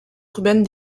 urbaine